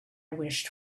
wished